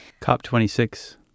COP26